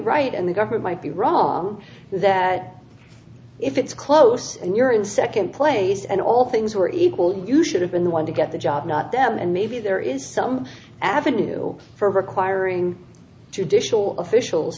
right and the government might be wrong that if it's close and you're in second place and all things were equal you should have been the one to get the job not them and maybe there is some avenue for requiring judicial officials